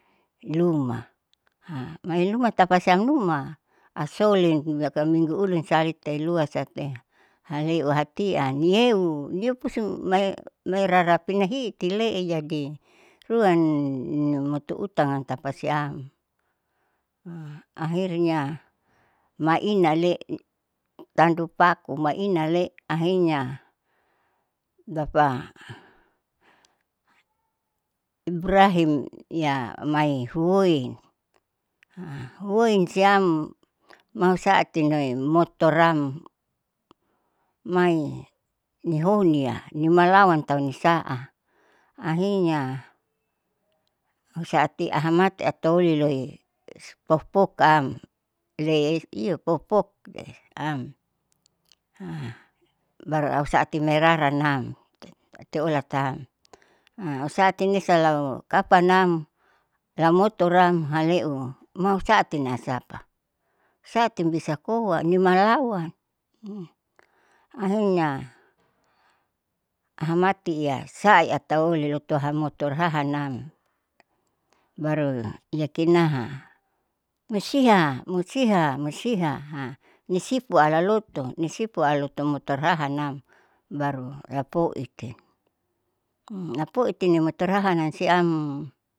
Iluma mailuma tapa siam nunma asolin lilaka minggu ulin salite lua sate haliluhatian niew niew pusu mai mairara pinahiiti le iti ruan motoutanam tapasiam. akhirnya maina le'e tantu paku maina ale akhirnya bapa ibrahim iya aumai huoin, huoin siam mausaati motoram mai nihonia niamalawan tau nisa'a akhirnya husati ahamati atau uliloi pokpokam leiyo pokpok am baru saati meraran ite olatam osati nisalau kapanam lamotoram haelu mau saatin asapa saatin bisa koa ni malawan akhirnya ahamati ihasai atauli loto amoto hahanam, baru iya kinaha musiha musiha musiha hanisipua alaloto nisupuala motorhaanam baru lapoiti lapoiti nimor haanam siam.